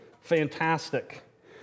Fantastic